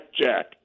Jack